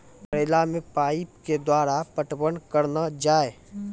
करेला मे पाइप के द्वारा पटवन करना जाए?